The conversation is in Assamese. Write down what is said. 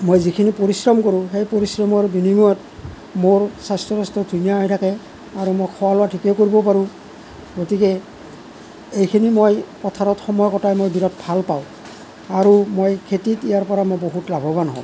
মই যিখিনি পৰিশ্ৰম কৰোঁ সেই পৰিশ্ৰমৰ বিনিময়ত মোৰ স্বাস্থ্যটো ধুনীয়া হৈ থাকে আৰু মই খোৱা বোৱা ঠিকেই কৰিব পাৰোঁ গতিকে এইখিনি মই পথাৰত সময় কটাই বিৰাট ভাল পাওঁ আৰু মই খেতিত ইয়াৰ পৰা লাভৱান হওঁ